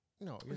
No